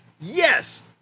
Yes